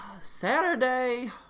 Saturday